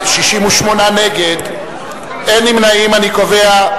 נא להצביע.